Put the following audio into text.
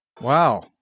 Wow